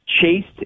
chased